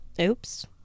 Oops